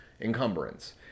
encumbrance